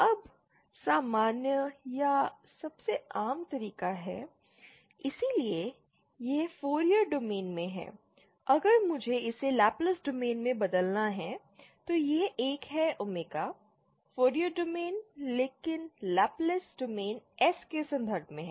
अब सामान्य या सबसे आम तरीका है इसलिए यह फूरियर डोमेन में है अगर मुझे इसे लाप्लास डोमेन में बदलना है तो यह एक है ओमेगा फूरियर डोमेन लेकिन लाप्लास डोमेन S के संदर्भ में है